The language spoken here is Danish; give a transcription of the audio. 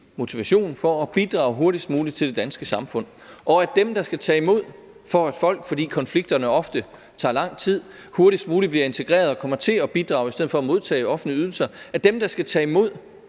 motivation for at bidrage hurtigst muligt til det danske samfund, og at dem, der skal tage imod folk, sørger for – fordi konflikterne ofte tager lang tid – at de hurtigst muligt bliver integreret og kommer til at bidrage i stedet for at modtage offentlige ydelser; at dem, der skal tage imod,